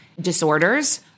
disorders